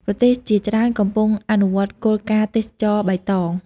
ប្រទេសជាច្រើនកំពុងអនុវត្តគោលការណ៍ទេសចរណ៍បៃតង។